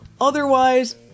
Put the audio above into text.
otherwise